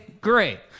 great